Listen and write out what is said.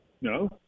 No